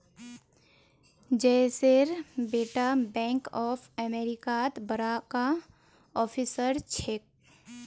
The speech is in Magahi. जयेशेर बेटा बैंक ऑफ अमेरिकात बड़का ऑफिसर छेक